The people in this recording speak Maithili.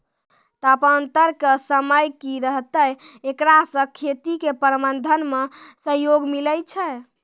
तापान्तर के समय की रहतै एकरा से खेती के प्रबंधन मे सहयोग मिलैय छैय?